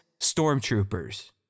stormtroopers